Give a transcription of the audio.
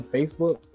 Facebook